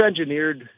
engineered